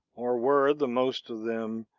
or were, the most of them,